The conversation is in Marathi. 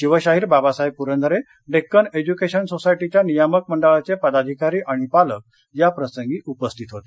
शिवशाहीर बाबासाहेब पुरंदरे डेक्कन एज्यूकेशन सोसायटीच्या नियामक मंडळाचे पदाधिकारी आणि पालक याप्रसंगी उपस्थित होते